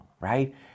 right